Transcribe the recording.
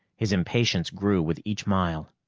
his impatience grew with each mile.